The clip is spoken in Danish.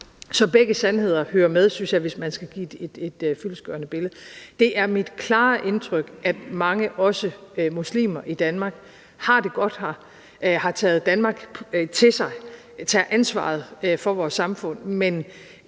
at begge sandheder hører med, hvis man skal give et fyldestgørende billede. Det er mit klare indtryk, at også mange muslimer i Danmark har det godt her, har taget Danmark til sig og tager ansvar for vores samfund, men